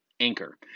Anchor